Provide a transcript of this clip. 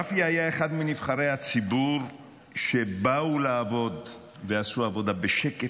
רפי היה אחד מנבחרי הציבור שבאו לעבוד ועשו עבודה בשקט,